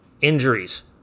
Injuries